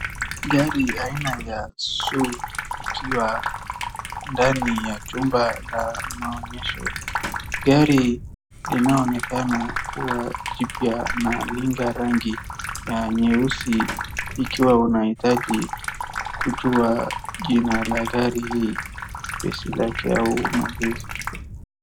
Gari aina ya isuzu ikiwa ndani ya chumba cha maonyesho, gari linaloonekana kuwa jipya na lina rangi ya nyeusi ikiwa unahitaji kujua jina la gari hii gesi lake au magezi.